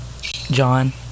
John